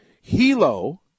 Hilo